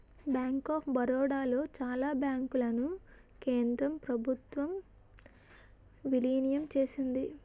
bank of Baroda లో చాలా బ్యాంకులను కేంద్ర ప్రభుత్వం విలీనం చేసింది